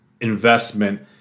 investment